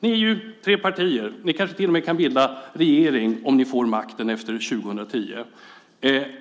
Ni är ju tre partier. Ni kanske till och med kan bilda regering om ni får makten efter 2010.